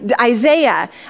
Isaiah